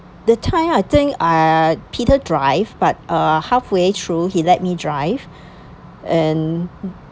that time I think I I peter drove but uh halfway through he let me drive and